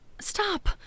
Stop